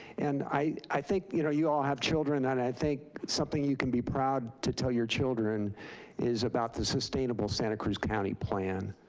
and i think, you know, you all have children, and i think something you can be proud to tell your children is about the sustainable santa cruz county plan.